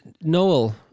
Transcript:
Noel